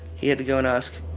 he had to go and ask